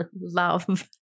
love